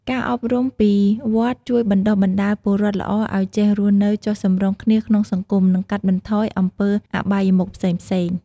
ការអប់រំពីវត្តជួយបណ្ដុះបណ្ដាលពលរដ្ឋល្អឲ្យចេះរស់នៅចុះសម្រុងគ្នាក្នុងសង្គម និងកាត់បន្ថយអំពើអបាយមុខផ្សេងៗ។